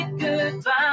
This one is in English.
goodbye